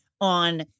on